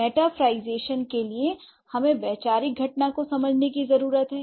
metaphorization के लिए हमें वैचारिक घटना को समझने की जरूरत है